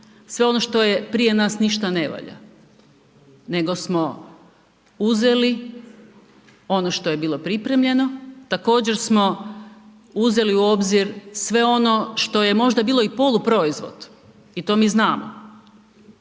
sve ono što je prije nas ništa ne valja, nego smo uzeli ono što je bilo pripremljeno, također smo uzeli u obzir sve ono što je možda bilo i poluproizvod i to mi znamo,